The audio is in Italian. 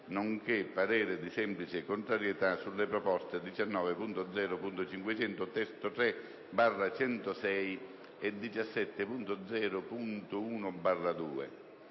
nonché parere di semplice contrarietà sulle proposte 19.0.500 (testo 3)/106 e 17.0.1/2.